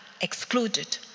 excluded